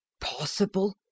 possible